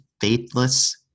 faithless